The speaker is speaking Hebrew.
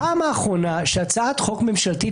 הפעם האחרונה שהייתה הצעת חוק ממשלתית